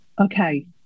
okay